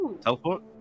Teleport